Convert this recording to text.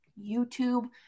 YouTube